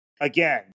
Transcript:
again